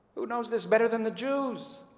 who knows this better than the jews?